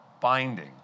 binding